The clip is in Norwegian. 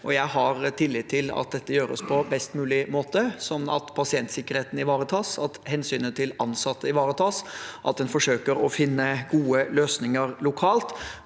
Jeg har tillit til at dette gjøres på best mulig måte, slik at pasientsikkerheten ivaretas, at hensynet til ansatte ivaretas, at en forsøker å finne gode løsninger lokalt,